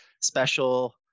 special